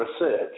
research